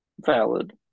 valid